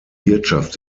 wirtschaft